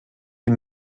die